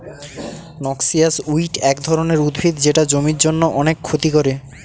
noxious weed এক ধরনের উদ্ভিদ যেটা জমির জন্য অনেক ক্ষতি করে